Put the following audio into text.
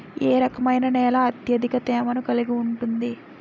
ఏ రకమైన నేల అత్యధిక తేమను కలిగి ఉంటుంది?